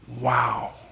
Wow